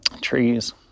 trees